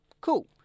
Cool